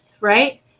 right